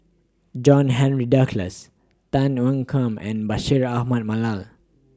John Henry Duclos Tan Ean Kiam and Bashir Ahmad Mallal